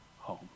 home